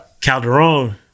Calderon